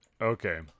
Okay